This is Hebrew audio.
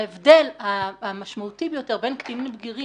אבל ההבדל המשמעותי ביותר בין קטינים לבגירים